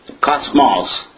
cosmos